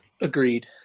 Agreed